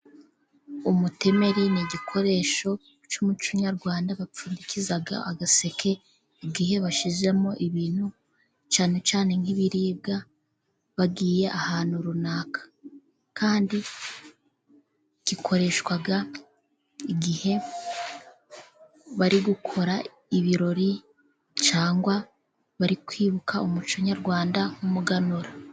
Umutemeri ni igikoresho cy'umuco nyarwanda bapfundikiza agaseke, igihe bashizemo ibintu cyane cyane nk'ibiribwa bagiye ahantu runaka, kandi gikoreshwa igihe bari gukora ibirori, cyangwa bari kwibuka umuco nyarwanda nk'umuganura.